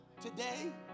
today